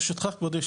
ברשותך, כבודי.